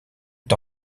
est